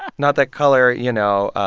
ah not that color, you know,